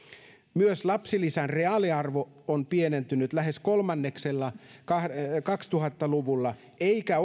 myös lapsilisän reaaliarvo on pienentynyt lähes kolmanneksella kaksituhatta luvulla eikä